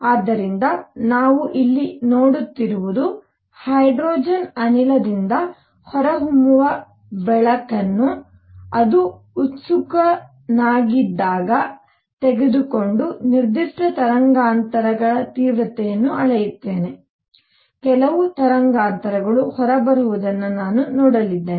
ಆದ್ದರಿಂದ ನಾವು ಇಲ್ಲಿ ನೋಡುತ್ತಿರುವುದು ಹೈಡ್ರೋಜನ್ ಅನಿಲದಿಂದ ಹೊರಹೊಮ್ಮುವ ಬೆಳಕನ್ನು ಅದು ಉತ್ಸುಕನಾಗಿದ್ದಾಗ ತೆಗೆದುಕೊಂಡು ನಿರ್ದಿಷ್ಟ ತರಂಗಾಂತರಗಳ ತೀವ್ರತೆಯನ್ನು ಅಳೆಯುತ್ತೇನೆ ಕೆಲವು ತರಂಗಾಂತರಗಳು ಹೊರಬರುವುದನ್ನು ನಾನು ನೋಡಲಿದ್ದೇನೆ